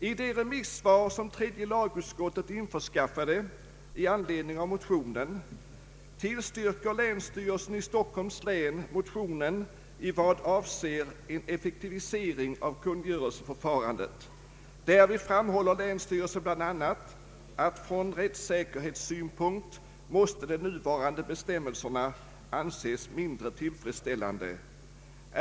I de remissvar som tredje lagutskottet införskaffade i anledning av motionen tillstyrker länsstyrelsen i Stockholms län motionen i vad avser en effektivisering av kungörelseförfarandet. Härvid framhåller länsstyrelsen bl.a. att de nuvarande bestämmelserna från rättssäkerhetssynpunkt måste anses mindre tillfredsställande.